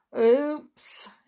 Oops